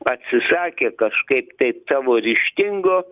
atsisakė kažkaip tai tavo ryžtingo